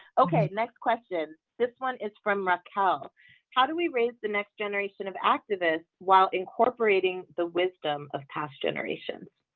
okay. next question. this one is from raquel how do we raise the next generation of activists while incorporating the wisdom of past generations?